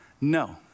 No